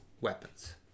weapons